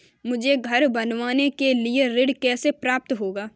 मुझे घर बनवाने के लिए ऋण कैसे प्राप्त होगा?